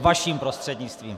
Vaším prostřednictvím.